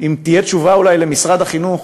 אם תהיה תשובה אולי למשרד החינוך,